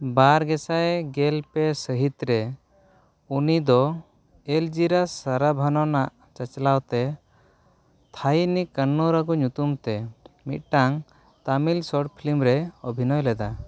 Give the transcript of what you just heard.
ᱵᱟᱨ ᱜᱮᱥᱟᱭ ᱜᱮᱞ ᱯᱮ ᱥᱟᱹᱦᱤᱛ ᱨᱮ ᱩᱱᱤ ᱫᱚ ᱮᱞᱡᱤᱨᱟᱥ ᱥᱟᱨᱟᱵᱷᱟᱱᱚᱱᱟᱜ ᱪᱟᱪᱞᱟᱣᱛᱮ ᱛᱷᱟᱭᱱᱤᱠ ᱠᱚᱱᱱᱩᱨᱟᱺᱜᱩ ᱧᱩᱛᱩᱢᱛᱮ ᱢᱤᱫᱴᱟᱝ ᱛᱟᱹᱢᱤᱞ ᱥᱚᱨᱴ ᱯᱷᱤᱞᱢ ᱨᱮ ᱚᱵᱷᱤᱱᱚᱭ ᱞᱮᱫᱟ